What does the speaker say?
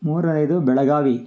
ಮೂರನೇದು ಬೆಳಗಾವಿ